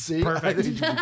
Perfect